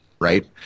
right